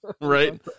Right